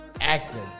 acting